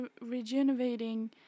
regenerating